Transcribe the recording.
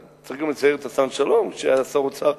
שהיה שר אוצר.